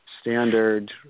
standard